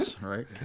right